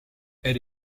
elle